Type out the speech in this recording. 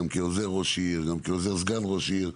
גם כעוזר ראש עיר וגם כעוזר סגן ראש עיר,